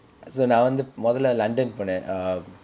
so நான் வந்து முதலை:naan vanthu muthalai london போனேன்:ponen um